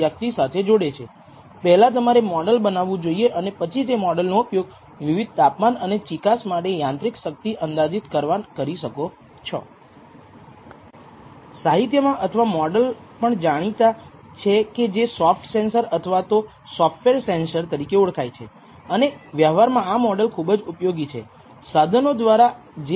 માની લો કે રેખીય મોડેલ જે આપણે ફિટ કરીએ છીએ તે સ્વીકાર્ય છે પછી આપણે ખરેખર તે જોતા નથી કે આપણે રેખીય મોડેલની ગુણવત્તા સુધારી શકીશું કે નહીં